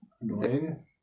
Annoying